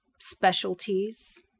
specialties